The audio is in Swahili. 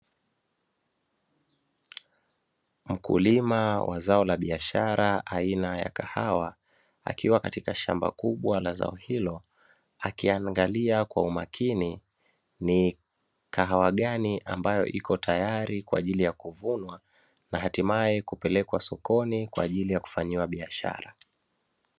Mkulima wa zao la biashara aina ya kahawa, akiwa katika shamba kubwa la zao hilo akiangalia kwa umakini ni kahawa gani ambayo iko tayari kwa ajili ya kuvunwa, na hatimaye kupelekwa sokoni kwa ajili ya kufanyiwa biashara.